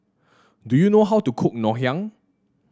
do you know how to cook Ngoh Hiang